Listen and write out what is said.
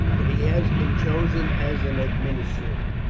but he has been chosen as an administrator.